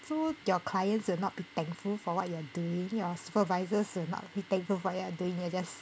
so your clients will not be thankful for what you are doing your supervisors will not be thankful of what you are doing you're just